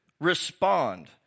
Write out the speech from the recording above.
Respond